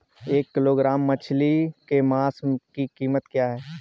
एक किलोग्राम मछली के मांस की कीमत क्या है?